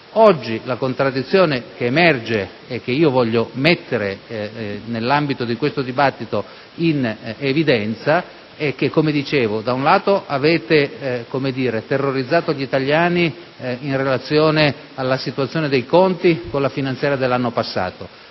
Oggi la contraddizione che emerge, e che voglio mettere nell'ambito di questo dibattito in evidenza, è che, come dicevo, prima avete terrorizzato gli italiani in relazione alla situazione dei conti con la finanziaria dell'anno passato;